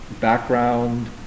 background